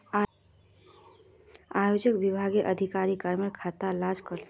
आयेकर विभागेर अधिकारी फार्मर खाता लार जांच करले